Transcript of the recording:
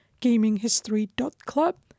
gaminghistory.club